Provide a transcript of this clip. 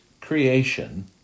creation